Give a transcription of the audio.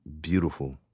Beautiful